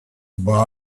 buy